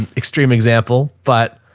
and extreme example. but